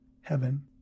heaven